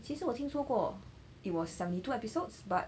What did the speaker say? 其实我听说过 it was seventy two episodes but